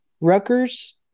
Rutgers